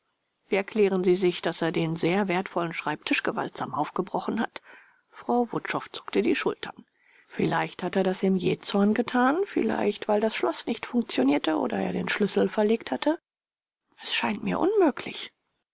wie erklären sie sich daß er den sehr wertvollen schreibtisch gewaltsam aufgebrochen hat frau wutschow zuckte die schultern vielleicht hat er das im jähzorn getan vielleicht weil das schloß nicht funktionierte oder er den schlüssel verlegt hatte es scheint mir unmöglich